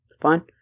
fine